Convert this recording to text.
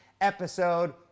episode